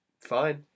fine